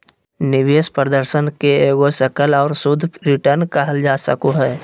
निवेश प्रदर्शन के एगो सकल और शुद्ध रिटर्न कहल जा सको हय